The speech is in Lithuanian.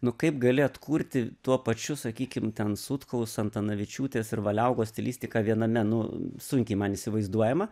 nu kaip gali atkurti tuo pačiu sakykim ten sutkaus antanavičiūtės ir valiaugos stilistiką viename nu sunkiai man įsivaizduojama